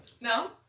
No